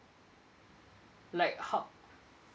like how